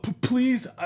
please